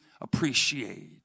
appreciate